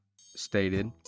stated